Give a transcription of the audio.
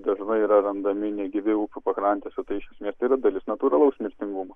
dažnai yra randami negyvi upių pakrantėse tai iš esmės tai yra dalis natūralaus mirtingumo